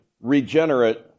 regenerate